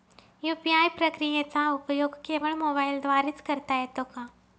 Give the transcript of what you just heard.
UPI प्रक्रियेचा उपयोग केवळ मोबाईलद्वारे च करता येतो का?